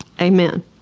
Amen